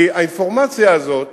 כי האינפורמציה הזאת